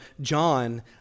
John